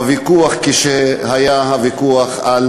בוויכוח, כשהיה הוויכוח על